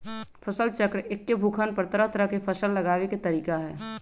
फसल चक्र एक्के भूखंड पर तरह तरह के फसल लगावे के तरीका हए